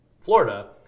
Florida